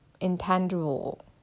intangible